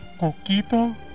coquito